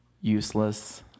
useless